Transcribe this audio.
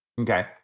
Okay